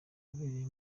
wabereye